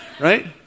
right